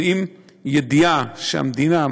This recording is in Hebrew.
ועם ידיעה שהמדינה,